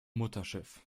mutterschiff